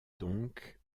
donc